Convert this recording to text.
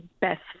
best